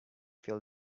fuel